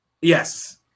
Yes